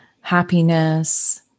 happiness